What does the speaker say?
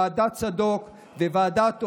ועדת צדוק וועדת אור,